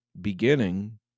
beginning